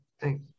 thank